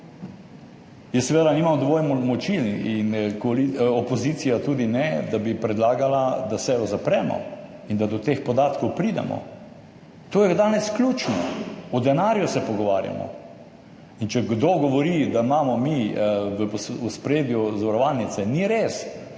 Jaz seveda nimam dovolj moči in opozicija tudi ne, da bi predlagala, da sejo zapremo in da do teh podatkov pridemo. To je danes ključno. O denarju se pogovarjamo. In če kdo govori, da imamo mi v ospredju zavarovalnice, ni res.